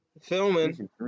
filming